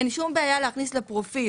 אין שום בעיה להכניס לפרופיל,